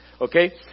Okay